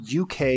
UK